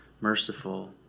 merciful